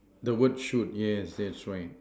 the word shoot yes that's right